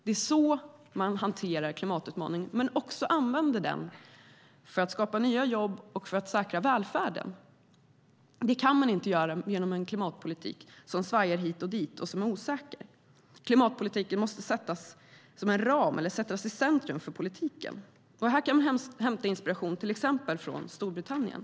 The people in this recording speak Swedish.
Det är så man hanterar klimatutmaningen och också använder den för att skapa nya jobb och säkra välfärden. Det kan man inte göra med en klimatpolitik som svajar hit och dit och är osäker. Klimatpolitiken måste sättas som en ram eller sättas i centrum för politiken. Här kan vi hämta inspiration till exempel från Storbritannien.